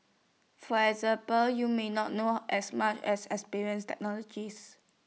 for example you may not know as much as experienced technologies